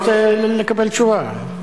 לא רוצה לקבל תשובה?